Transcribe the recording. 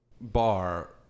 bar